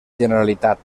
generalitat